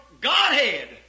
Godhead